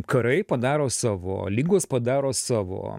karai padaro savo ligos padaro savo